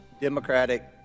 Democratic